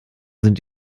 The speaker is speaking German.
sind